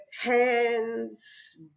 hands